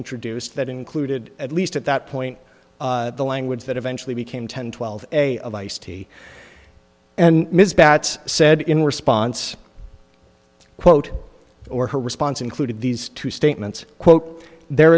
introduced that included at least at that point the language that eventually became ten twelve a of ice t and ms batts said in response quote or her response included these two statements quote there